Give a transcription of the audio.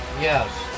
Yes